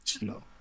No